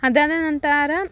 ಅದಾದ ನಂತರ